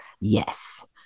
Yes